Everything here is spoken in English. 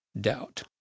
doubt